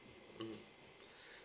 mm